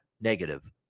negative